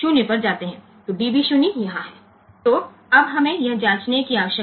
તો db 0 આમ થશે અને db 0 અહીં છે